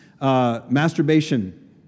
Masturbation